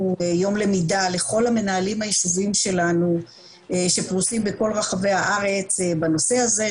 יום למידע לכל המנהלים ביישובים שלנו שפרוסים בכל רחבי הארץ בנושא הזה,